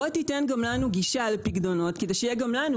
בוא תיתן גם לנו גישה לפיקדונות כדי שיהיה גם לנו,